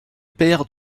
père